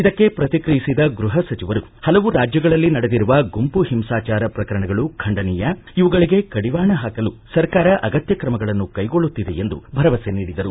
ಇದಕ್ಕೆ ಪ್ರತಿಕ್ರಿಯಿಸಿದ ಗೃಹ ಸಚಿವರು ಹಲವು ರಾಜ್ಯಗಳಲ್ಲಿ ನಡೆದಿರುವ ಗುಂಪು ಹಿಂಸಾಚಾರ ಪ್ರಕರಣಗಳು ಖಂಡನೀಯ ಇವುಗಳಗೆ ಕಡಿವಾಣ ಹಾಕಲು ಸರ್ಕಾರ ಅಗತ್ಯ ಕ್ರಮಗಳನ್ನು ಕೈಗೊಳ್ಳುತ್ತಿದೆ ಎಂದು ಭರವಸೆ ನೀಡಿದರು